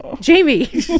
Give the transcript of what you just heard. jamie